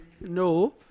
No